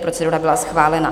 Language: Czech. Procedura byla schválena.